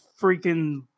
freaking